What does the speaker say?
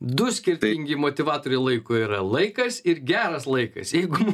du skirtingi motyvatoriai laiko yra laikas ir geras laikas jeigu